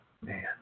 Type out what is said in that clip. Man